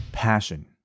passion